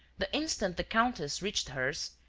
the instant the countess reached hers,